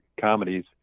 comedies